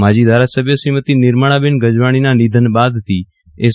માજી ધારાસભ્ય શ્રીમતી નિર્મલાબેન ગજવાણીના નિધન બાદથી એસ